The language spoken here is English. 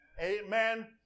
amen